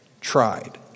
tried